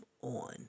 on